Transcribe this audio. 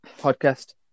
podcast